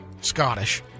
Scottish